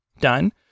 done